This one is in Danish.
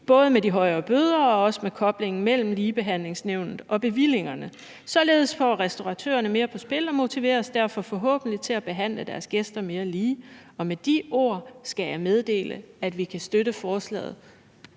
både med de højere bøder og også med koblingen mellem Ligebehandlingsnævnet og bevillingerne. Således får restauratørerne mere på spil og motiveres derfor forhåbentlig til at behandle deres gæster mere lige. Og med de ord skal jeg meddele, at vi kan støtte forslaget.«